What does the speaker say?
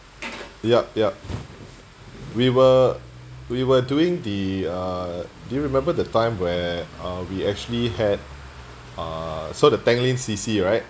yup yup we were we were doing the uh do you remember the time when uh we actually had uh so the tanglin C_C right